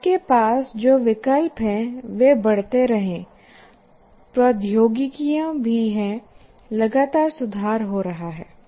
आपके पास जो विकल्प हैं वे बढ़ते रहें प्रौद्योगिकियां भी हैं लगातार सुधार हो रहा है